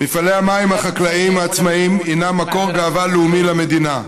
מפעלי המים החקלאיים העצמאיים הם מקור גאווה לאומי למדינה.